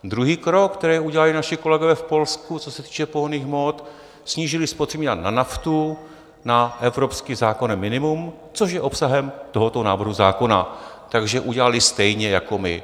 Druhý krok, který udělali naši kolegové v Polsku, co se týče pohonných hmot snížili spotřební daň na naftu na evropsky zákonné minimum, což je obsahem tohoto návrhu zákona, takže udělali stejně jako my.